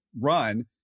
run